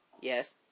Yes